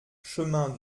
chemin